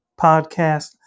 Podcast